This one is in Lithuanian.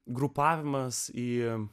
grupavimas į jiems